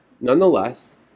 nonetheless